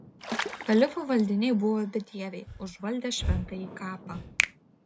kalifo valdiniai buvo bedieviai užvaldę šventąjį kapą